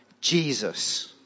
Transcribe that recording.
Jesus